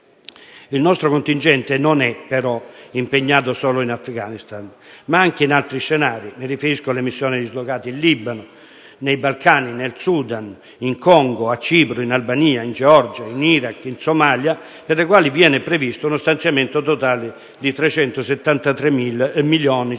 Il nostro contingente non è però impegnato solo in Afghanistan, ma anche in altri scenari. Mi riferisco alle missioni dislocate in Libano, nei Balcani, in Sudan, in Congo, a Cipro, in Albania, in Georgia, in Iraq e in Somalia, per le quali viene previsto uno stanziamento totale di 373.530.000 euro.